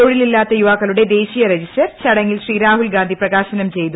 തൊഴിലില്ലാത്ത യുവാക്കളുടെ ദേശീയ രജിസ്റ്റർ ചടങ്ങിൽ ശ്രീ രാഹുൽഗാന്ധി പ്രകാശനം ചെയ്തു